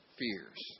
fears